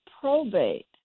probate